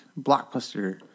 blockbuster